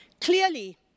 Clearly